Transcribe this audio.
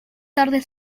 tarde